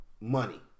money